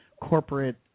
corporate